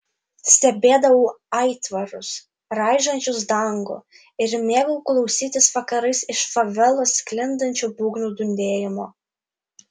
stebėdavau aitvarus raižančius dangų ir mėgau klausytis vakarais iš favelos sklindančių būgnų dundėjimo